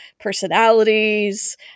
personalities